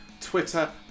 Twitter